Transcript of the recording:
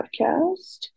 podcast